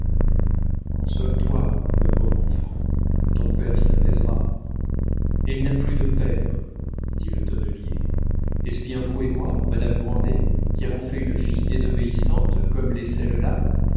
console-toi ma pauvre enfant ton père s'apaisera elle n'a plus de père dit le tonnelier est-ce bien vous et moi madame grandet qui avons fait une fille désobéissante comme l'est